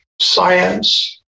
science